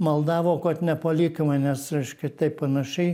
maldavo kad nepalik manęs reiškia taip panašiai